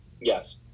Yes